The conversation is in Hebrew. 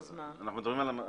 אנחנו מדברים על השוטף,